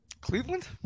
Cleveland